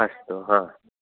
अस्तु हा